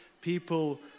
people